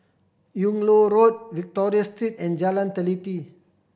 Yung Loh Road Victoria Street and Jalan Teliti